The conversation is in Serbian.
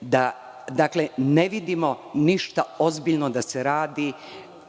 da ne vidimo ništa ozbiljno da se radi